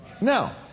Now